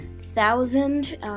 thousand